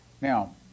Now